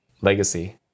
legacy